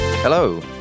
Hello